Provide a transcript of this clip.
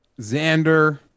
Xander